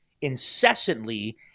incessantly